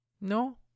No